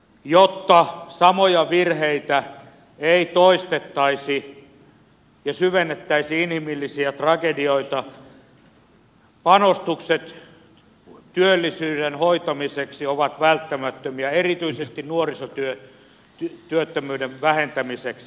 jotta samoja virheitä ei toistettaisi ja syvennettäisi inhimillisiä tragedioita panostukset työllisyyden hoitamiseksi ovat välttämättömiä erityisesti nuorisotyöttömyyden vähentämiseksi